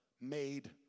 made